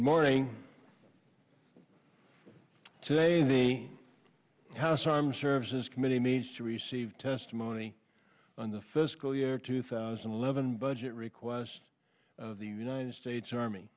morning today the house armed services committee meets to receive testimony on the fiscal year two thousand and eleven budget request of the united states army